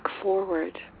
Forward